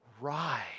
rise